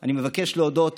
אני מבקש להודות